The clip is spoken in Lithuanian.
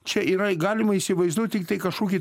čia yra galima įsivaizduot tiktai kažkokį